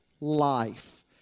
life